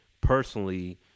personally